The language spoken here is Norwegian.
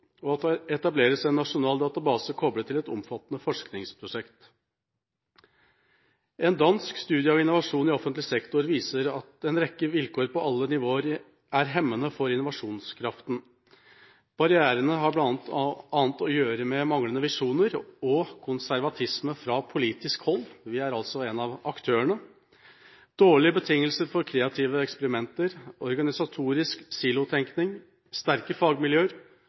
og at det etableres en nasjonal database koblet til et omfattende forskningsprosjekt. En dansk studie av innovasjon i offentlig sektor viser at en rekke vilkår på alle nivåer er hemmende for innovasjonskraften. Barrierene har bl.a. å gjøre med manglende visjoner og konservatisme fra politisk hold – vi er altså en av aktørene dårlige betingelser for kreative eksperimenter organisatorisk silotenkning sterke fagmiljøer